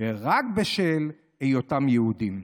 רק בשל היותם יהודים.